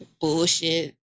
Bullshit